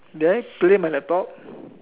did I play my laptop